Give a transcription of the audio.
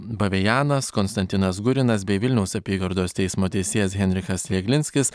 bavėjanas konstantinas gurinas bei vilniaus apygardos teismo teisėjas henrikas glinskis